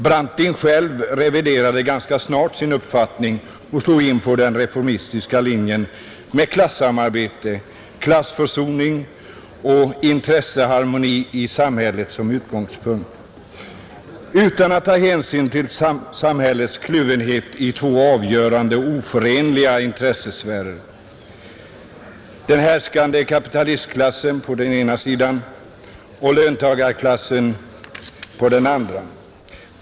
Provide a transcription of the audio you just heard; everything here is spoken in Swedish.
Branting själv reviderade ganska snart sin uppfattning och slog in på den reformistiska linjen med klassamarbete, klassförsoning och intresseharmoni i samhället som utgångspunkt, utan att ta hänsyn till samhällets kluvenhet i två avgörande och oförenliga intressesfärer, den härskande kapitalistklassen på den ena sidan och löntagarklassen på den andra.